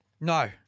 No